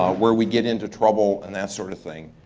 ah where we get into trouble and that sort of thing.